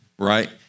Right